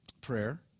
prayer